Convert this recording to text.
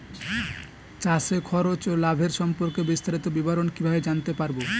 চাষে খরচ ও লাভের সম্পর্কে বিস্তারিত বিবরণ কিভাবে জানতে পারব?